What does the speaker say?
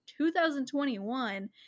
2021